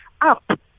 up